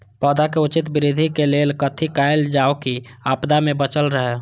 पौधा के उचित वृद्धि के लेल कथि कायल जाओ की आपदा में बचल रहे?